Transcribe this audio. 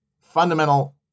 fundamental